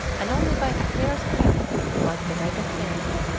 and only by a hair's-breadth was the vega saved.